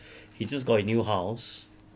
he just got his new house